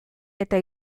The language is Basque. eta